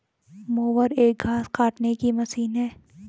mower एक घास काटने की मशीन है